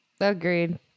agreed